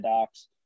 docs